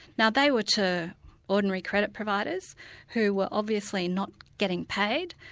now they were to ordinary credit providers who were obviously not getting paid.